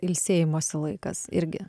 ilsėjimosi laikas irgi